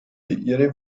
ihre